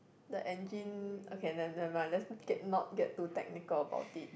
the engine okay n~ nevermind let's get not get too technical about it